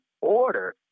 order